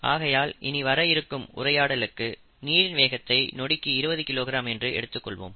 ஆகையால் இனி வர இருக்கும் உரையாடலுக்கு நீரின் வேகத்தை நொடிக்கு 20 கிலோகிராம் என்று எடுத்துக்கொள்வோம்